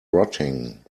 rotting